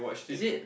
is it